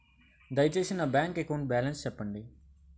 దయచేసి నా bank account balance చెప్పండి